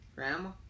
Grandma